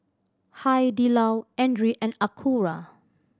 Hai Di Lao Andre and Acura